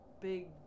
big